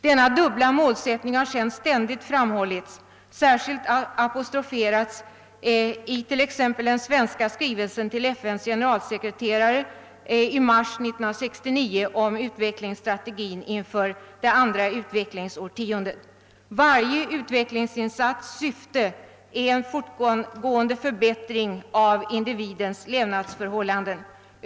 Denna dubbla målsättning har sedan ständigt framhållits och särskilt apostroferats i t.ex. den svenska skrivelsen till FN:s generalsekreterare i mars 1969 om utvecklingsstrategin inför det andra utvecklingsårtiondet. Varje utvecklingsinsats” syfte är en fortgående förbättring av individens levnadsförhållanden.